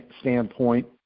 standpoint